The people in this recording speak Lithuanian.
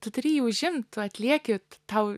tu turi jį užimt tu atlieki tau